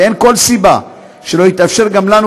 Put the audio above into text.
ואין כל סיבה שלא יתאפשר גם לנו,